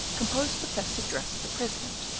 composed the festive dress of the president,